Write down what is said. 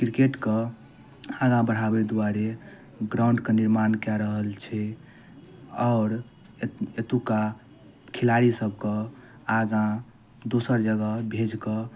क्रिकेटके आगाँ बढ़ाबै दुआरे ग्राउंडके निर्माण कै रहल छै आओर एतुका खेलाड़ी सबके आगाँ दोसर जगह भेज कऽ